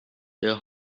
their